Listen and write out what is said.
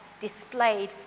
Displayed